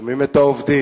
שומעים את העובדים,